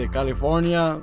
California